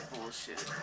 bullshit